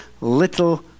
little